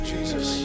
Jesus